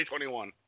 2021